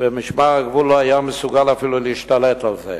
ומשמר הגבול לא היה מסוגל אפילו להשתלט על זה.